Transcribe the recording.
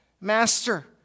master